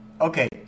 Okay